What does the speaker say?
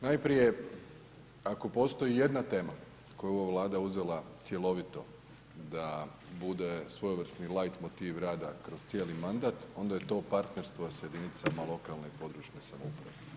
Najprije, ako postoji ijedna tema, koju ova vlada uzela cjelovito, da bude svojevrsni lajt motiv rada kroz cijeli mandat, onda je to partnerstvo s jedinicama lokalne i područne samouprave.